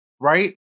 right